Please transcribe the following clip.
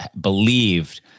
believed